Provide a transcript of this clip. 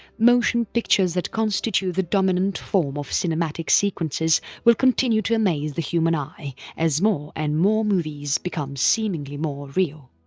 motion pictures that constitute the dominant form of cinematic sequences will continue to amaze the human eye as more and more movies become seemingly more real.